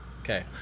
Okay